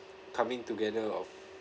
coming together of